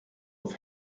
auf